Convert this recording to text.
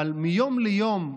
אבל מיום ליום,